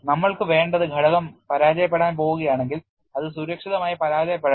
നമ്മൾക്കു വേണ്ടത് ഘടകം പരാജയപ്പെടാൻ പോകുകയാണെങ്കിൽ അത് സുരക്ഷിതമായി പരാജയപ്പെടട്ടെ